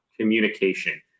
communication